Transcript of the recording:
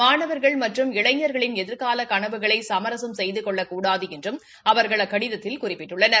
மாணவா்கள் மற்றும் இளைஞா்களின் எதிா்கால கனவுகளை சமரசம் செய்து கொள்ளக்கூடாது என்றும் அவர்கள் அக்கடிதத்தில் குறிப்பிட்டுள்ளனர்